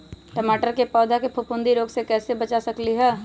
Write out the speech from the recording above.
टमाटर के पौधा के फफूंदी रोग से कैसे बचा सकलियै ह?